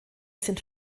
sind